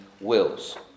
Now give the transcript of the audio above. wills